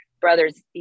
brothers